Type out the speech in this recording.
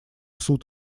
суд